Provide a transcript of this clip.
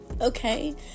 okay